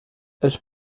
els